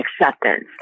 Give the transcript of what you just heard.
acceptance